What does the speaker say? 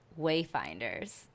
wayfinders